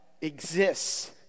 exists